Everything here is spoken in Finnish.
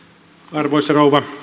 arvoisa rouva